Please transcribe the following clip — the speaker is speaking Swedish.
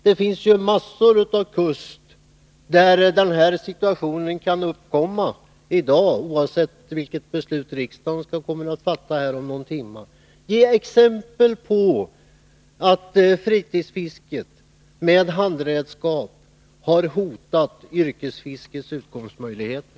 Det finns stora kustområden där den här situationen kan uppkomma i dag, oavsett vilket beslut riksdagen kommer att fatta om någon timme. Ge exempel på att fritidsfisket med handredskap har hotat yrkesfiskets utkomstmöjligheter!